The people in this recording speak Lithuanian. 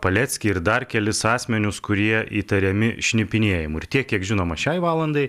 paleckį ir dar kelis asmenius kurie įtariami šnipinėjimu ir tiek kiek žinoma šiai valandai